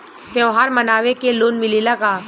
त्योहार मनावे के लोन मिलेला का?